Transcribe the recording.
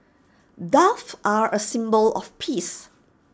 doves are A symbol of peace